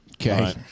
Okay